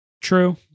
True